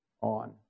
on